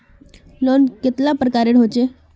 Loan कतेला प्रकारेर होचे?